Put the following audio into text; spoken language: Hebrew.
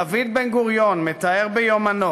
דוד בן-גוריון מתאר ביומנו